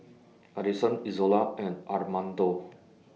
Addison Izola and Armando